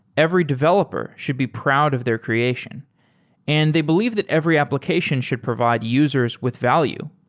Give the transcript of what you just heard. every developer should be proud of their creation and they believe that every application should provide users with value.